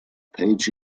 page